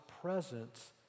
presence